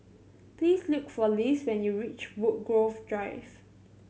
please look for Liz when you reach Woodgrove Drive